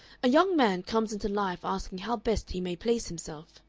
a young man comes into life asking how best he may place himself,